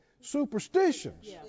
superstitions